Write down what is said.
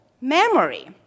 memory